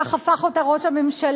כך הפך אותה ראש הממשלה,